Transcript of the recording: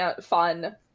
fun